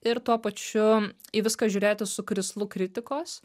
ir tuo pačiu į viską žiūrėti su krislu kritikos